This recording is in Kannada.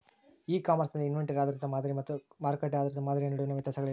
ಇ ಕಾಮರ್ಸ್ ನಲ್ಲಿ ಇನ್ವೆಂಟರಿ ಆಧಾರಿತ ಮಾದರಿ ಮತ್ತು ಮಾರುಕಟ್ಟೆ ಆಧಾರಿತ ಮಾದರಿಯ ನಡುವಿನ ವ್ಯತ್ಯಾಸಗಳೇನು?